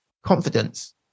Confidence